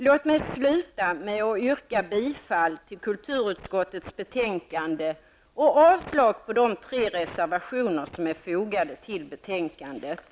Låt mig avsluta med att yrka bifall till kulturutskottets hemställan och avslag på de tre reservationer som är fogade till betänkandet.